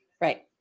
right